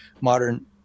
modern